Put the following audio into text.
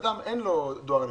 לאדם אין דואר אלקטרוני,